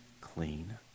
clean